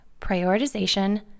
prioritization